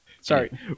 Sorry